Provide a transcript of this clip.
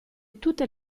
tutte